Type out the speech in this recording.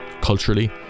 culturally